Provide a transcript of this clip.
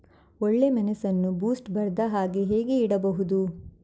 ಒಳ್ಳೆಮೆಣಸನ್ನು ಬೂಸ್ಟ್ ಬರ್ದಹಾಗೆ ಹೇಗೆ ಇಡಬಹುದು?